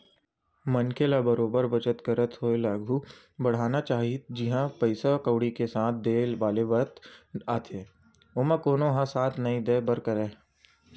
मनखे ल बरोबर बचत करत होय आघु बड़हना चाही जिहाँ पइसा कउड़ी के साथ देय वाले बात आथे ओमा कोनो ह साथ नइ देय बर नइ धरय